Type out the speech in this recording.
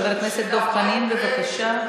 חבר הכנסת דב חנין, בבקשה.